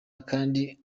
akandi